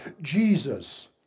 Jesus